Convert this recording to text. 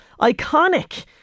iconic